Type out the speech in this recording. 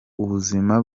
ubuzima